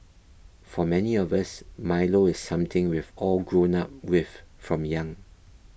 for many of us Milo is something we've all grown up with from young